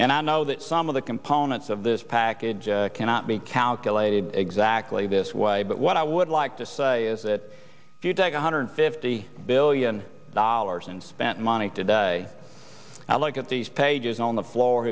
and i know that some of the components of this package cannot be calculated exactly this way but what i would like to say is that if you take one hundred fifty billion dollars and spent money today i look at these pages on the floor